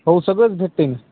हो सगळंच भेटतं आहे न